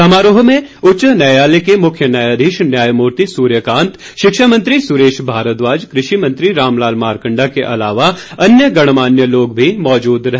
समारोह में उच्च न्यायालय के मुख्य न्यायाधीश न्यायमूर्ति सूर्य कांत शिक्षा मंत्री सुरेश भारद्वाज कृषि मंत्री राम लाल मारकंडा के अलावा अन्य गणमान्य लोग भी मौजूद रहे